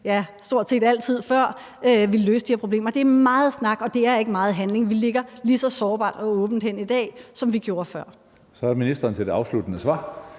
stort set altid har været før, løste de her problemer. Det er meget snak, og det er ikke meget handling. Vi ligger lige så sårbart og åbent hen i dag, som vi gjorde før. Kl. 14:35 Tredje næstformand